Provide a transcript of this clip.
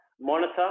Monitor